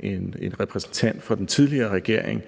en repræsentant for den tidligere regering